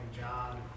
John